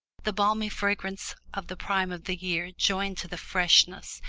the balmy fragrance of the prime of the year joined to the freshness,